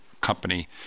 company